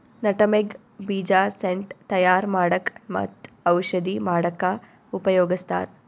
nutmeg ಬೀಜ scent ತಯಾರ್ ಮಾಡಕ್ಕ್ ಮತ್ತ್ ಔಷಧಿ ಮಾಡಕ್ಕಾ ಉಪಯೋಗಸ್ತಾರ್